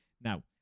Now